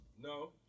No